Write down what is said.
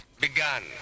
begun